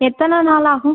எத்தனை நாள் ஆகும்